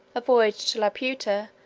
a voyage to laputa,